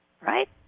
Right